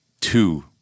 two